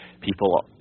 People